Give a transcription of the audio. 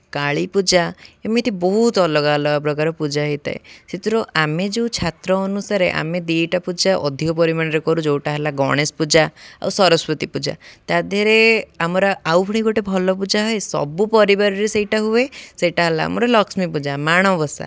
କାଳୀପୂଜା ଏମିତି ବହୁତ ଅଲଗା ଅଲଗା ପ୍ରକାର ପୂଜା ହୋଇଥାଏ ସେଥିରୁ ଆମେ ଯେଉଁ ଛାତ୍ର ଅନୁସାରେ ଆମେ ଦୁଇଟା ପୂଜା ଅଧିକ ପରିମାଣରେ କରୁ ଯେଉଁଟା ହେଲା ଗଣେଶ ପୂଜା ଆଉ ସରସ୍ଵତୀ ପୂଜା ତା'ଦେହରେ ଆମର ଆଉ ପୁଣି ଗୋଟେ ଭଲ ପୂଜା ହୁଏ ସବୁ ପରିବାରରେ ସେଇଟା ହୁଏ ସେଇଟା ହେଲା ଆମର ଲକ୍ଷ୍ମୀ ପୂଜା ମାଣବସା